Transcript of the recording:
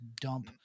dump